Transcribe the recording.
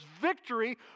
victory